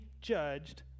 judged